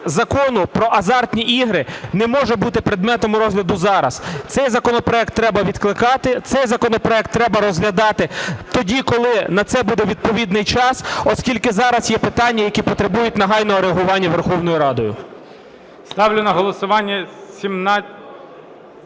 Закону про азартні ігри не може бути предметом розгляду зараз. Цей законопроект треба відкликати, цей законопроект треба розглядати тоді, коли на це буде відповідний час, оскільки зараз є питання, які потребують негайного реагування Верховною Радою.